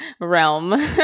realm